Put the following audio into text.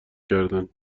کردن